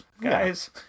guys